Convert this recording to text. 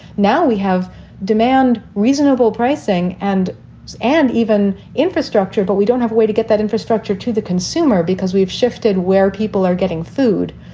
now we have demand, reasonable pricing and and even infrastructure, but we don't have a way to get that infrastructure to the consumer because we've shifted where people are getting food,